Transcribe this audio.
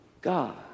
God